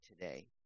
today